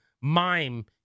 mime